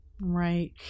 Right